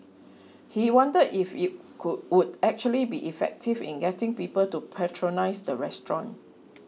he wondered if it could would actually be effective in getting people to patronise the restaurant